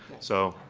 so.